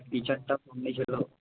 টিচারটা ছিল